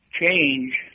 Change